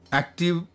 active